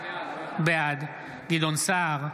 בעד גדעון סער,